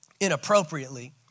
inappropriately